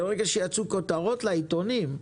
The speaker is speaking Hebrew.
ברגע שיצאו כותרות לעיתונים,